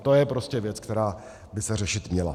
To je prostě věc, která by se řešit měla.